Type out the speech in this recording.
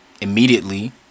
immediately